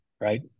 right